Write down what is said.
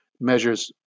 measures